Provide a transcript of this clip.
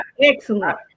Excellent